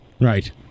Right